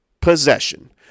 possession